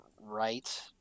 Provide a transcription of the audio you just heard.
right